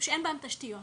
שאין בהם תשתיות